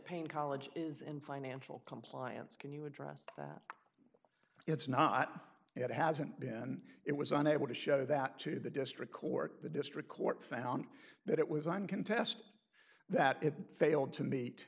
pain college is in financial compliance can you address that it's not it hasn't been it was unable to show that to the district court the district court found that it was on contest that it failed to